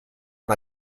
but